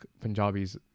Punjabis